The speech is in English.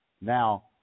Now